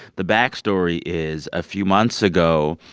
the back story is a few months ago,